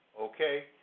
Okay